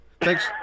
thanks